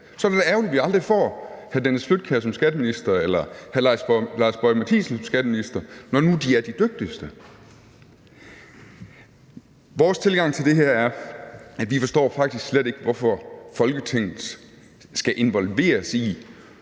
Så er det da ærgerligt, at vi aldrig får hr. Dennis Flydtkjær som skatteminister eller hr. Lars Boje Mathiesen som skatteminister, når nu de er de dygtigste. Vores tilgang til det her er, er vi faktisk slet ikke forstår, hvorfor Folketinget skal involveres i,